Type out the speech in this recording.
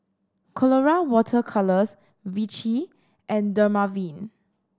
Colora Water Colours Vichy and Dermaveen